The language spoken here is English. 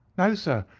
no, sir,